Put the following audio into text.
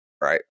right